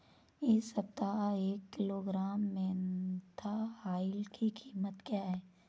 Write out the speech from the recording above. इस सप्ताह एक किलोग्राम मेन्था ऑइल की कीमत क्या है?